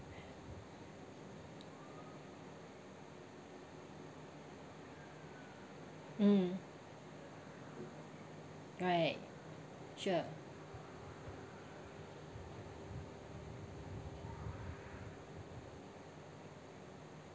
mm right sure